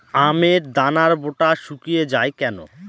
আমের দানার বোঁটা শুকিয়ে য়ায় কেন?